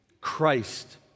Christ